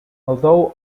although